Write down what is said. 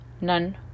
none